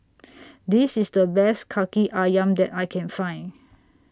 This IS The Best Kaki Ayam that I Can Find